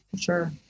sure